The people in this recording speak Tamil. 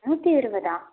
நூற்றி இருபதா